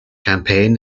campaign